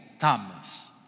Thomas